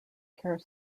care